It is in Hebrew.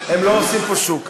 הם לא עושים פה שוק.